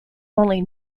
only